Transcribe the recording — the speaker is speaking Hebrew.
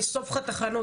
אני אשרוף לך את החנות,